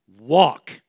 walk